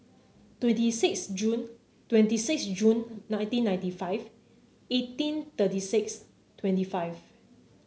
twenty six Jun twenty six Jun nineteen ninety five eighteen thirty six twenty five